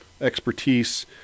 expertise